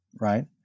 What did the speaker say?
right